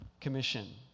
commission